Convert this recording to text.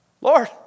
Lord